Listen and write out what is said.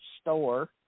store